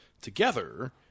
Together